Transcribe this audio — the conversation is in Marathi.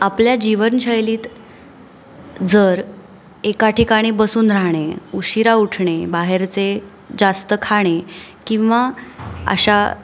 आपल्या जीवनशैलीत जर एका ठिकाणी बसून राहणे उशिरा उठणे बाहेरचे जास्त खाणे किंवा अशा